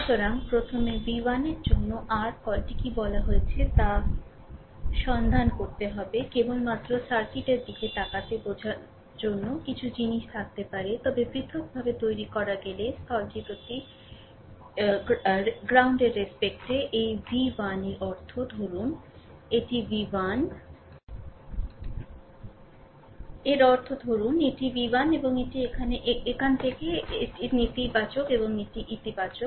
সুতরাং প্রথমে v1 এর জন্য r কলটি কী বলা হয়েছে তা সন্ধান করতে হবে কেবলমাত্র সার্কিটের দিকে তাকাতে বোঝার জন্য কিছু জিনিস থাকতে পারে তবে পৃথকভাবে তৈরি করা গেলে গ্রাউন্ডের রেস্পেক্টে এই v 1 এর অর্থ ধরুন এটি v 1 এবং এটি এখান থেকে এখানে এটি এখান থেকে এখানে এটি নেতিবাচক এবং এটি ইতিবাচক